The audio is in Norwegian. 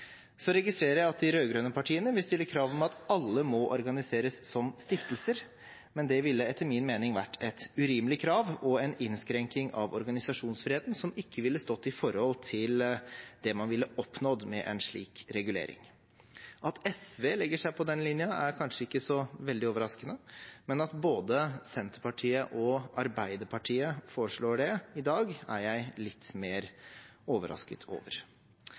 Så registrerer jeg at de rød-grønne partiene vil stille krav om at alle må organiseres som stiftelser, men det ville etter min mening vært et urimelig krav og en innskrenkning av organisasjonsfriheten som ikke ville stått i forhold til det man ville oppnådd med en slik regulering. At SV legger seg på den linjen, er kanskje ikke så veldig overraskende, men at både Senterpartiet og Arbeiderpartiet foreslår det i dag, er jeg litt mer overrasket over.